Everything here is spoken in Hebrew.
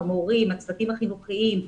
הצוותים החינוכיים,